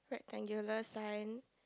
rectangular sign